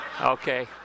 Okay